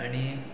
आनी